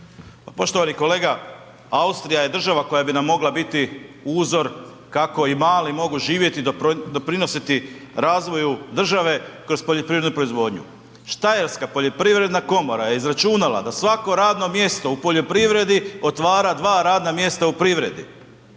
poštovani kolega. Austrija je država koja bi nam mogla biti uzor kako i mali mogu živjeti, doprinositi razvoju države kroz poljoprivrednu proizvodnju. Štajerska poljoprivredna komora je izračunala da svako radno mjesto u poljoprivredi otvara dva radna mjesta u privredi.